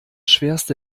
schwerste